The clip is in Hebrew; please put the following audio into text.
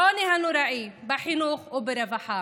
בעוני הנוראי, בחינוך וברווחה.